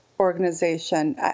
organization